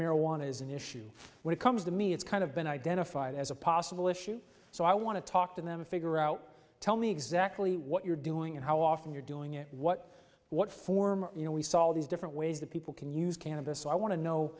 marijuana is an issue when it comes to me it's kind of been identified as a possible issue so i want to talk to them and figure out tell me exactly what you're doing and how often you're doing it what what form you know we saw all these different ways that people can use cannabis so i want to know